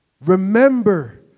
Remember